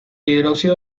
hidróxido